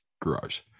gross